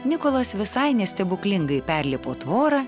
nikolas visai ne stebuklingai perlipo tvorą